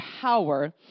power